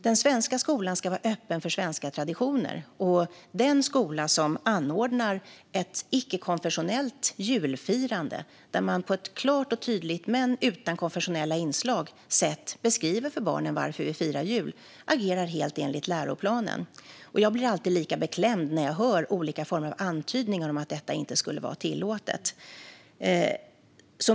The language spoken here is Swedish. Den svenska skolan ska vara öppen för svenska traditioner, och den skola som anordnar ett icke-konfessionellt julfirande där man klart och tydligt men utan konfessionella inslag beskriver för barnen varför vi firar jul agerar helt enligt läroplanen. Jag blir alltid lika beklämd när jag hör olika antydningar om att detta inte skulle vara tillåtet.